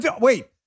Wait